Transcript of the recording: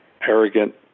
arrogant